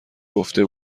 گفته